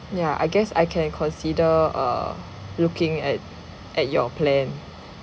ya I guess I can consider err looking at at your plan